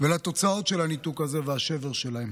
ולתוצאות של הניתוק הזה והשבר שלהן.